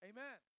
Amen